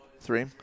Three